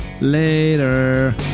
Later